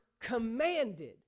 commanded